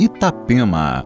Itapema